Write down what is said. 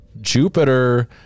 Jupiter